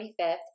25th